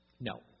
no